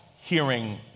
hearing